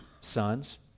sons